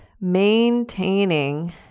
maintaining